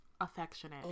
affectionate